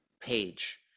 page